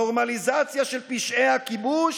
נורמליזציה של פשעי הכיבוש